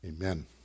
Amen